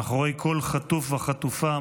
מאחורי כל חטוף וחטופה,